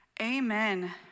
Amen